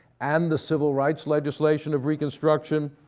and the civil rights legislation of reconstruction.